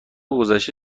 گذشته